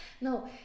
No